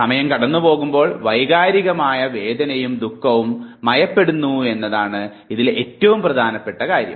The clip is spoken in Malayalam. സമയം കടന്നുപോകുമ്പോൾ വൈകാരികമായ വേദനയും ദുഃഖവും മയപ്പെടുന്നു എന്നതാണ് ഇതിലെ ഏറ്റവും പ്രധാപ്പെട്ടതായ കാര്യം